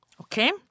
Okay